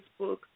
Facebook